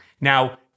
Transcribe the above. now